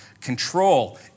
control